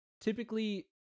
typically